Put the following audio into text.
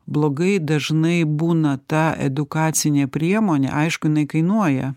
blogai dažnai būna ta edukacinė priemonė aišku jinai kainuoja